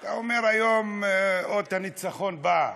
אתה אומר: היום אות הניצחון בא.